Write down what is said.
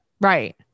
Right